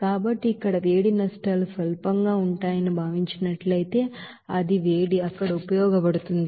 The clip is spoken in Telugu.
కాబట్టి ఇక్కడ హీట్ లెస్సెస్ స్వల్పంగా ఉంటాయని భావించినట్లయితే అన్ని వేడి అక్కడ ఉపయోగించబడుతుంది